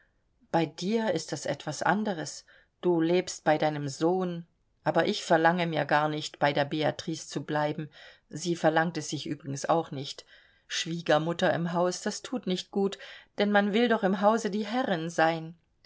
bei dir ist das etwas anderes du lebst bei deinem sohn aber ich verlange mir gar nicht bei der beatrix zu bleiben sie verlangt es sich übrigens auch nicht schwiegermutter im haus das thut nicht gut denn man will doch im hause die herrin sein